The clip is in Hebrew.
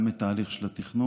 גם את תהליך התכנון.